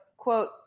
Quote